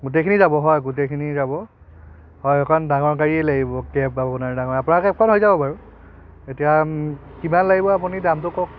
গোটেইখিনি যাব হয় গোটেইখিনি যাব হয় কাৰণ ডাঙৰ গাড়ীয়ে লাগিব কেব বা আপোনাৰ আপোনালোকৰ এইখন হৈ যাব বাৰু এতিয়া কিমান লাগিব আপুনি দামটো কওক